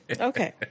Okay